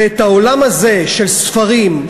ואת העולם הזה של ספרים,